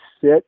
sit